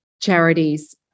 charities